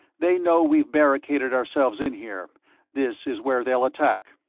they know we've barricaded ourselves in here this is where they'll attack.